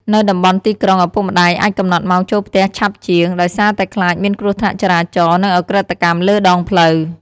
នៅតំបន់ទីក្រុង ឪពុកម្តាយអាចកំណត់ម៉ោងចូលផ្ទះឆាប់ជាង ដោយសារតែខ្លាចមានគ្រោះថ្នាក់ចរាចរណ៍ និងឧក្រិដ្ឋកម្មលើដងផ្លូវ។